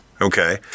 okay